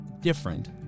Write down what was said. different